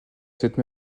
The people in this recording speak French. cette